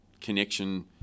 connection